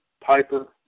Piper